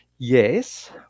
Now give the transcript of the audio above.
yes